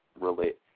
relate